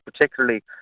particularly